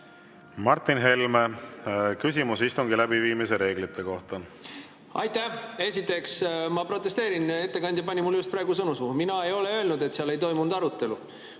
Martin Helme, küsimus istungi läbiviimise reeglite kohta. Aitäh! Esiteks, ma protesteerin, et ettekandja pani mulle just praegu sõnu suhu. Mina ei ole öelnud, et seal ei toimunud arutelu.